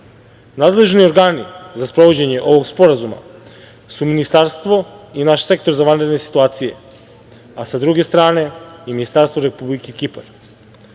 Nadležni organi za sprovođenje ovog sporazuma su ministarstvo i naš Sektor za vanredne situacije, a sa druge strane i Ministarstvo Republike